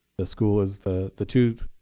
the school is the the two